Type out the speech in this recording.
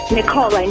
Nicole